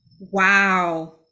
Wow